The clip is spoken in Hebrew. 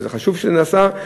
וחשוב שזה נעשה.